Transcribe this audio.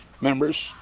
members